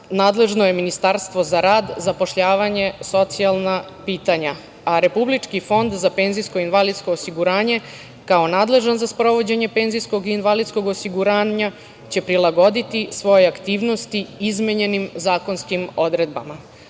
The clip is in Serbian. nadležno je Ministarstvo za rad, zapošljavanje, socijalna pitanja, a Republički fond za PIO kao nadležan za sprovođenje penzijskog i invalidskog osiguranja će prilagoditi svoje aktivnosti izmenjenim zakonskim odredbama.